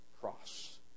cross